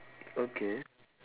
okay